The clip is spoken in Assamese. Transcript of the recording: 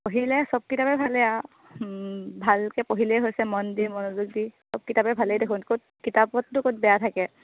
পঢ়িলে চব কিতাপে ভালে আৰু ভালকৈ পঢ়িলেই হৈছে মন দি মনোযোগ দি চব কিতাপে ভালেই দেখোন ক'ত কিতাপতো ক'ত বেয়া থাকে